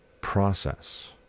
process